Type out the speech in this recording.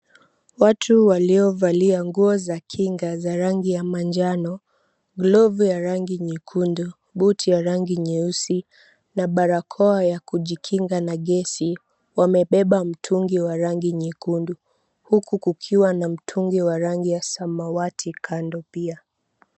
Watu waliovalia nguo za kinga za rangi ya manjano, glovu ya rangi nyekundu, buti ya rangi nyeusi na barakoa ya kujikinga na gesi, wamebeba mtungi wa rangi nyekundu, huku kukiwa na mtungi wa rangi ya samawati kando pia.